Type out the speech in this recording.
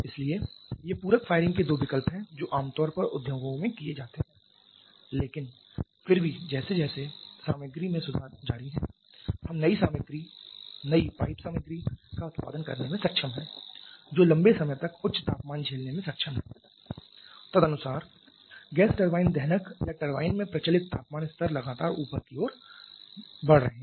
इसलिए ये पूरक फायरिंग के दो विकल्प हैं जो आमतौर पर उद्योगों में किए जाते हैं लेकिन फिर भी जैसे जैसे सामग्री में सुधार जारी है हम नई सामग्री नई पाइप सामग्री का उत्पादन करने में सक्षम हैं जो लंबे समय तक उच्च तापमान झेलने में सक्षम हैं तदनुसार गैस टरबाइन दहनक या टरबाइन में प्रचलित तापमान स्तर लगातार ऊपर की ओर दो बढ़ रहे हैं